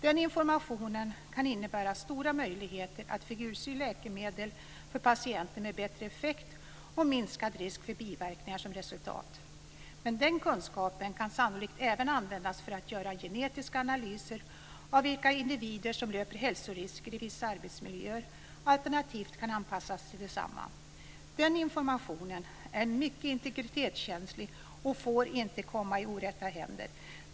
Den informationen kan innebära stora möjligheter att figursy läkemedel för patienter med bättre effekt och minskad risk för biverkningar som resultat. Men den kunskapen kan sannolikt även användas för att göra genetiska analyser av vilka individer som löper hälsorisker i vissa arbetsmiljöer alternativt kan anpassas till desamma. Den informationen är mycket integritetskänslig och får inte komma i orätta händer.